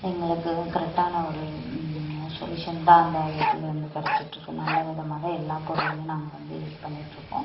எங்களுக்கு கரெக்டான ஒரு சொல்யூஷன் தான் அந்த இதில் வந்து கிடச்சிட்ருக்கு நல்ல விதமா தான் எல்லா பொருளுமே நாங்கள் வந்து யூஸ் பண்ணிட்டுருக்கோம்